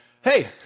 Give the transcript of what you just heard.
hey